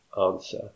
answer